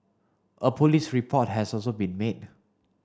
a police report has also been made